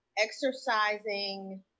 exercising